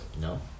No